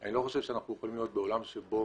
אני לא חושב שאנחנו יכולים לחיות בעולם שבו